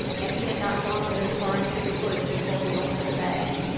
and he had not gone very far into the woods before he opened the bag.